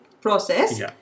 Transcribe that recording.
process